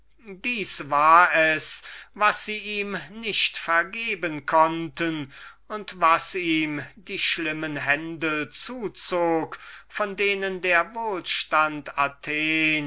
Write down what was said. das war es was sie ihm nicht vergeben konnten und was ihm die schlimmen händel zuzog von denen der wohlstand